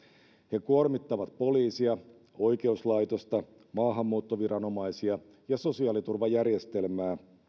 he kuormittavat poliisia oikeuslaitosta maahanmuuttoviranomaisia ja sosiaaliturvajärjestelmää